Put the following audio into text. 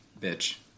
bitch